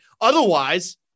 Otherwise